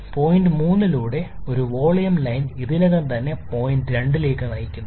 point 3 ലൂടെ സ്ഥിരമായ ഒരു വോളിയം ലൈൻ ഇതിനകം തന്നെ പോയിന്റ് 2 ലേക്ക് നയിക്കുന്നു